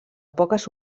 poques